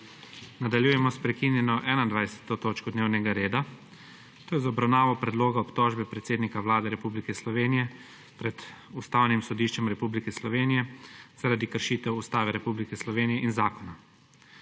Nadaljujemo s prekinjeno 21. točko dnevnega reda – to je z obravnavo predloga obtožbe predsednika Vlade Republike Slovenije pred Ustavnim sodiščem Republike Slovenije, zaradi kršitev Ustave Republike Slovenije in zakona.